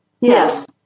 Yes